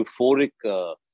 euphoric